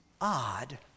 odd